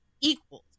equals